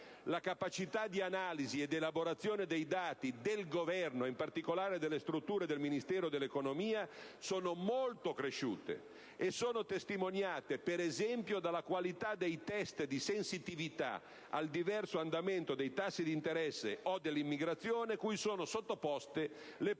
La capacità di analisi e di elaborazione dei dati del Governo, in particolare delle strutture del Ministero dell'economia, è molto cresciuta. È testimoniata, ad esempio, dalla qualità dei test di sensitività al diverso andamento dei tassi di interesse o dell'immigrazione cui sono sottoposte le politiche